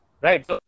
Right